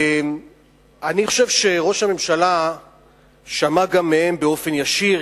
אני חושב שראש הממשלה שמע גם מהם באופן ישיר,